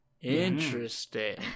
Interesting